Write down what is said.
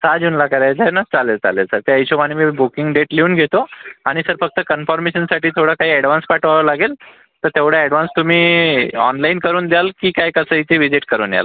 सहा जूनला करायचाय ना चालेल चालेल सर त्या हिशोबाने मी बुकिंग डेट लिहून घेतो आणि सर फक्त कन्फर्मेशनसाठी थोडं काही ॲडव्हान्स पाठवावा लागेल तर तेवढा ॲडव्हान्स तुम्ही ऑनलाईन करून द्याल की काय कसं इथे व्हिजीट करू याल